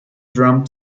drum